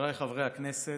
חבריי חברי הכנסת,